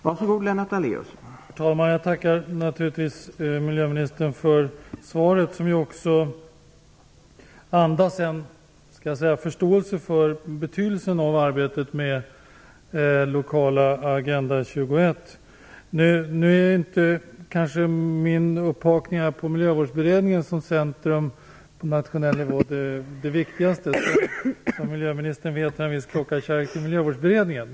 Herr talman! Jag tackar naturligtvis miljöministern för svaret. Det andas en förståelse för betydelsen av arbetet med lokala Agenda 21. Nu är inte min hake om Miljövårdsberedningen som centrum på nationell nivå det viktigaste. Som miljöministern vet har jag en viss kärlek till Miljövårdsberedningen.